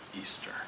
Easter